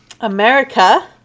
America